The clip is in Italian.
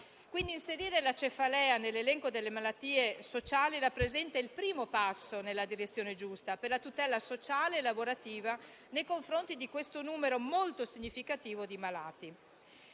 Inserire la cefalea nell'elenco delle malattie sociali rappresenta pertanto il primo passo nella giusta direzione per la tutela sociale e lavorativa nei confronti di questo numero molto significativo di malati.